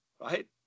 Right